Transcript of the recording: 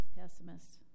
pessimist